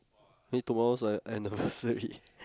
then tomorrow is our anniversary